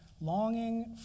longing